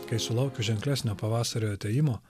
kai sulaukiu ženklesnio pavasario atėjimo